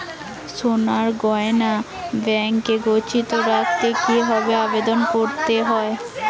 সোনার গহনা ব্যাংকে গচ্ছিত রাখতে কি ভাবে আবেদন করতে হয়?